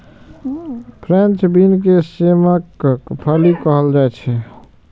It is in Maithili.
फ्रेंच बीन के सेमक फली कहल जाइ छै